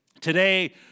Today